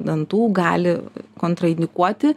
dantų gali kontraindikuoti